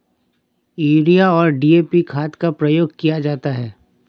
urea और DAP खाद का प्रयोग किया जाता है